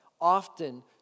often